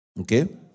Okay